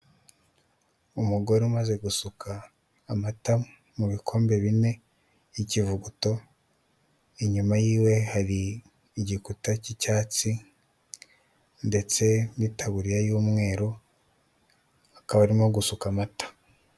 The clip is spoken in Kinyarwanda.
Umugore umaze gusuka amata mu bikombe bine by'ikivuguto inyuma yiwe hari igikuta cy'icyatsi ndetse n'itaburiya y'umweru akaba arimo gusuka amata.